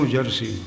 Jersey